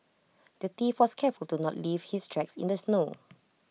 the thief was careful to not leave his tracks in the snow